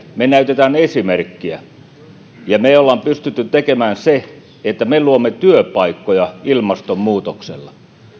me näytämme esimerkkiä ja me olemme pystyneet tekemään sen että me luomme työpaikkoja ilmastonmuutoksella